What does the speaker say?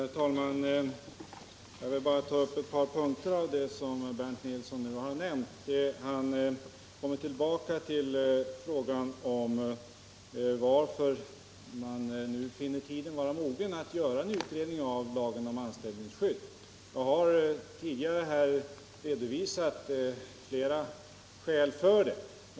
Herr talman! Jag vill bara ta upp ett par punkter i det som Bernt Nilsson nu har nämnt. Bernt Nilsson kommer tillbaka till frågan om varför man nu finner tiden vara mogen att göra en utredning om lagen om anställningsskydd. Jag har tidigare redovisat flera skäl för det.